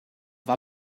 war